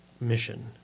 mission